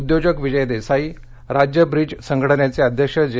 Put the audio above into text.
उद्योजक विजय देसाई राज्य ब्रिज संघटनेचे अध्यक्ष जे